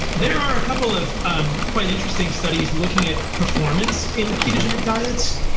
there are a couple of um quite interesting studies looking at performance in ketogenic diets.